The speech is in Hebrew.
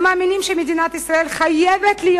הם מאמינים שמדינת ישראל חייבת להיות